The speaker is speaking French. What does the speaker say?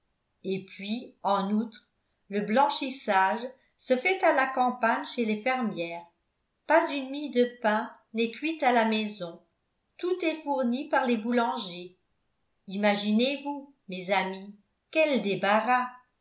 et puis en outre le blanchissage se fait à la campagne chez les fermières pas une mie de pain n'est cuite à la maison tout est fourni par les boulangers imaginez-vous mes amies quel débarras